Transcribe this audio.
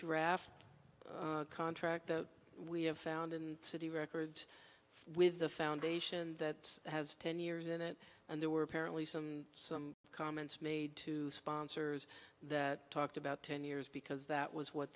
draft contract that we have found in city records with a foundation that has ten years in it and there were apparently some some comments made to sponsors that talked about ten years because that was what